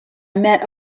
met